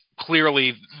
clearly